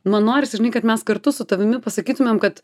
man norisi žinai kad mes kartu su tavimi pasakytumėm kad